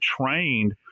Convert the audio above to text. trained